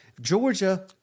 Georgia